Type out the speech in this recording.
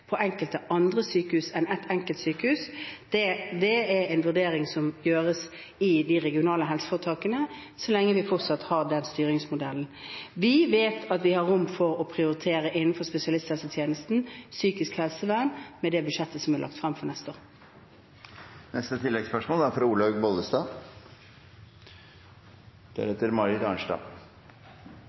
på andre enn ett enkelt sykehus, er det en vurdering som gjøres i de regionale helseforetakene så lenge vi fortsatt har den styringsmodellen. Vi vet at vi har rom for å prioritere innenfor spesialisthelsetjenesten, psykisk helsevern, med det budsjettet som er lagt frem for neste år.